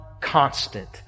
constant